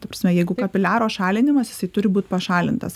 ta prasme jeigu kapiliaro šalinimas jisai turi būt pašalintas